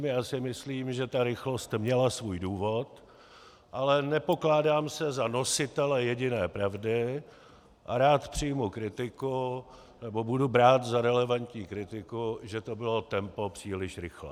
Já si myslím, že ta rychlost měla svůj důvod, ale nepokládám se za nositele jediné pravdy a rád přijmu kritiku, nebo budu brát za relevantní kritiku, že to bylo tempo příliš rychlé.